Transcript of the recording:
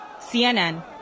CNN